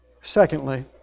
Secondly